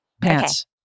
pants